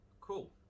Cool